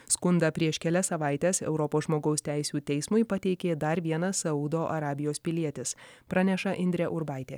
skundą prieš kelias savaites europos žmogaus teisių teismui pateikė dar vienas saudo arabijos pilietis praneša indrė urbaitė